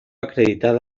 acreditado